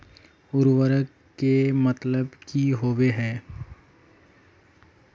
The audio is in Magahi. उर्वरक के मतलब की होबे है?